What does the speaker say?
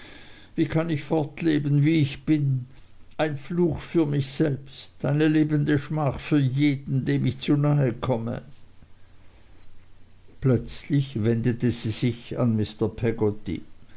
wie kann ich fortleben wie ich bin ein fluch für mich selbst eine lebende schmach für jeden dem ich zu nahe komme plötzlich wendete sie sich an